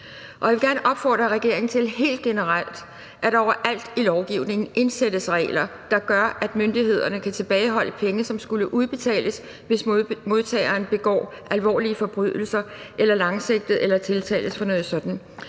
helt generelt opfordre regeringen til, at der overalt i lovgivningen indsættes regler, der gør, at myndighederne kan tilbageholde penge, som skulle udbetales, hvis modtageren begår alvorlige forbrydelser eller tiltales for noget sådant.